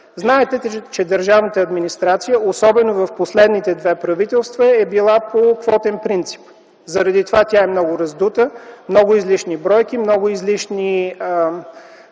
Знаете, че държавната администрация особено в последните две правителства е била по квотен принцип, заради това тя е много раздута, много излишни бройки, много излишни